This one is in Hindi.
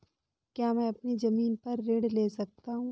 क्या मैं अपनी ज़मीन पर ऋण ले सकता हूँ?